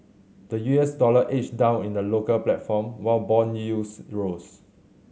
the U S dollar edged down in the local platform while bond yields rose